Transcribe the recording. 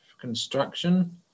construction